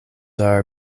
are